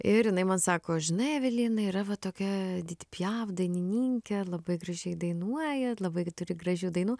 ir jinai man sako žinai evelina yra va tokia edit piaf dainininkė labai gražiai dainuoja labai turi gražių dainų